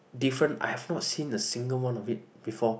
different I have not seen a single one of it before